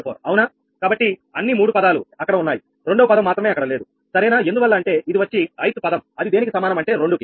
కాబట్టి అన్ని మూడు పదాలు అక్కడ ఉన్నాయి రెండవ పదం మాత్రమే అక్కడ లేదు సరేనా ఎందువల్ల అంటే ఇది వచ్చి ith పదం అది దేనికి సమానం అంటే 2 కి